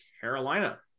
Carolina